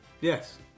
Yes